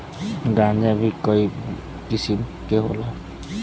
गांजा भीं कई किसिम के होला